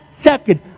second